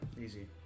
easy